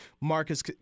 Marcus